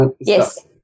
Yes